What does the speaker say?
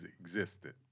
existed